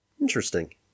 Interesting